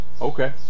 Okay